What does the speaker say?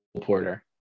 porter